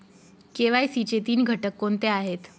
KYC चे तीन घटक कोणते आहेत?